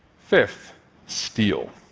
fifth steal.